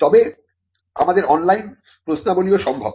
তবে আমাদের অনলাইন প্রশ্নাবলীও সম্ভব